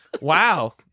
Wow